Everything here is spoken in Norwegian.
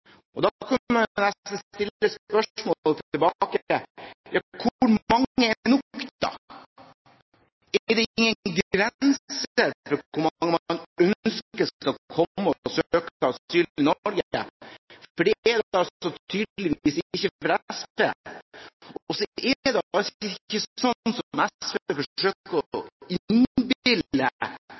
Hvor mange er nok? Er det ingen grense for hvor mange man ønsker skal komme og søke asyl i Norge? Det er det tydeligvis ikke for SV. Så er det ikke sånn som SV forsøker å innbille